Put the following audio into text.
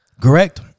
Correct